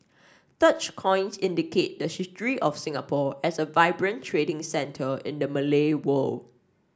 such coins indicate the history of Singapore as a vibrant trading centre in the Malay world